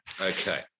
okay